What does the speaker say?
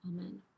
Amen